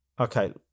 Okay